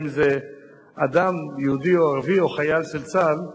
אם זה אדם יהודי או ערבי או חייל של צה"ל,